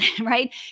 right